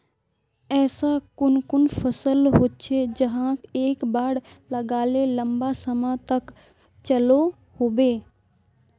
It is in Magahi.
ऐसा कुन कुन फसल होचे जहाक एक बार लगाले लंबा समय तक चलो होबे?